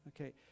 okay